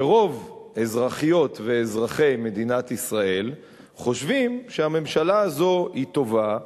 ורוב אזרחיות ואזרחי מדינת ישראל חושבים שהממשלה הזאת היא טובה,